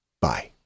Bye